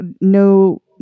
no